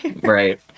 right